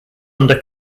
under